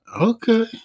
Okay